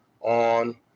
on –